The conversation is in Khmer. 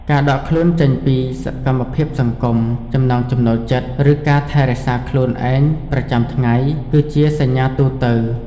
ការដកខ្លួនចេញពីសកម្មភាពសង្គម ចំណង់ចំណូលចិត្ត ឬការថែរក្សាខ្លួនឯងប្រចាំថ្ងៃ គឺជាសញ្ញាទូទៅ។